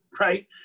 right